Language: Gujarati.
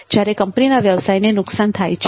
જ્યારે કંપનીના વ્યવસાયને નુકસાન થાય છે